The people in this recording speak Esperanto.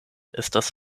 estas